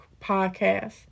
podcast